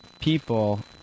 people